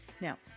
Now